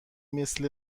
مثل